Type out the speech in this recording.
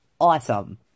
Awesome